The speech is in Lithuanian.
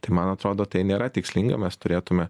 tai man atrodo tai nėra tikslinga mes turėtume